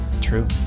True